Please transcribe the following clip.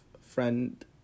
friend